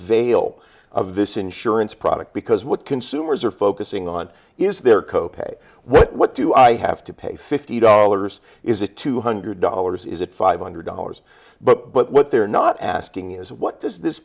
veil of this insurance product because what consumers are focusing on is their co pay what do i have to pay fifty dollars is a two hundred dollars is it five hundred dollars but but what they're not asking is what does this